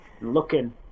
looking